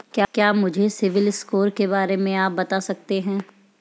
क्या मुझे CIBIL score के बारे में आप बता सकते हैं?